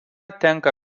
tenka